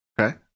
Okay